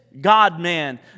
God-man